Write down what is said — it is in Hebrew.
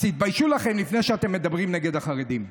אז תתביישו לכם לפני שאתם מדברים נגד החרדים.